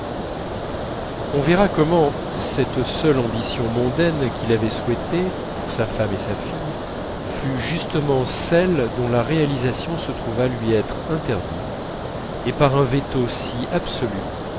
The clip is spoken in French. on verra comment cette seule ambition mondaine qu'il avait souhaitée pour sa femme et sa fille fut justement celle dont la réalisation se trouva lui être interdite et par un veto si absolu